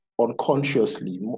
unconsciously